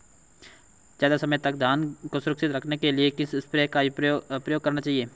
ज़्यादा समय तक धान को सुरक्षित रखने के लिए किस स्प्रे का प्रयोग कर सकते हैं?